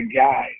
guy